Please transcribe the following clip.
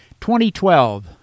2012